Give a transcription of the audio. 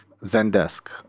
Zendesk